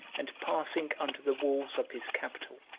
and passing under the walls of his capital